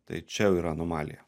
tai čia jau yra anomalija